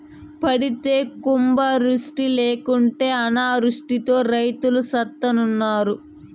పడితే కుంభవృష్టి లేకుంటే అనావృష్టితో రైతులు సత్తన్నారు